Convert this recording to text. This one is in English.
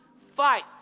fight